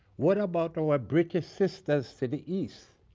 what about our british sisters to the east,